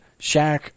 Shaq